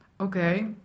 okay